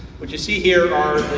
what you see hear are